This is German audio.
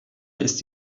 ist